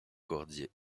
cordier